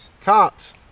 Cut